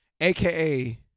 aka